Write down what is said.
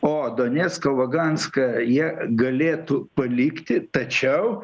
o donecką luganską jie galėtų palikti tačiau